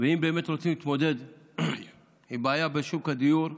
אם באמת רוצים להתמודד עם בעיה בשוק הדיור,